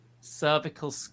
cervical